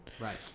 Right